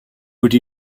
would